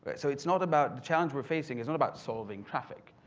but so it's not about the challenge we're facing is not about solving traffic.